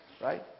right